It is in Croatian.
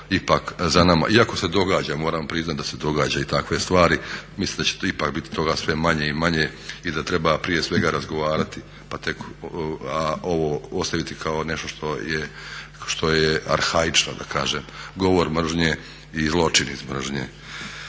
Iako se događa, moram priznati da se događaju i takve stvari. Mislim da će ipak biti toga sve manje i manje i da treba prije svega razgovarati, a ovo ostaviti kao nešto što je arhaično da kažem. Govor mržnje i zločin iz mržnje,